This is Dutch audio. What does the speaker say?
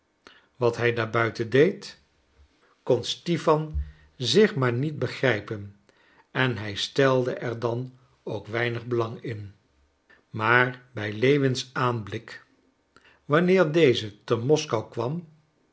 wat hij daar buiten deed kon stipan zich maar niet begrijpen en hij stelde er dan ook weinig belang in maar bij lewins aanblik wanneer deze te moskou kwam